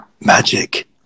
magic